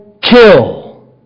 kill